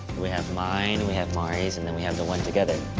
we have mine, we have mari's and then we have the one together.